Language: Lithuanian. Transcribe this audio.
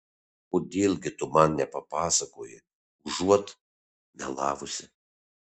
kodėl gi tu man nepapasakoji užuot melavusi